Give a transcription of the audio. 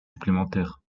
supplémentaires